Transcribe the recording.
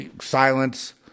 silence